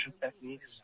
techniques